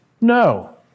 no